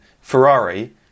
Ferrari